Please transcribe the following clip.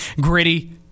Gritty